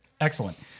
Excellent